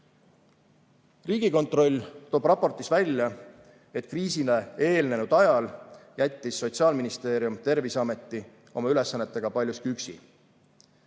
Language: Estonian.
Riigikontroll toob raportis välja, et kriisile eelnenud ajal jättis Sotsiaalministeerium Terviseameti oma ülesannetega paljuski üksi.